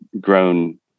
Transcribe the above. grown